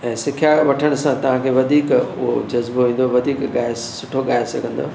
ऐं सिखिया वठण सां तव्हांखे वधीक उहो जज़्बो ईंदो वधीक ॻाइ सुठो ॻाइ सघंदव